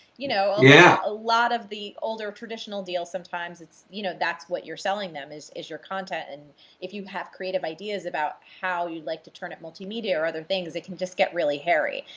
you know. yeah. a lot of the older traditional deals sometimes it's, you know, that's what you're selling them is is your content and if you have creative ideas about how you'd like to turn it multimedia or other things, it can just get really hairy.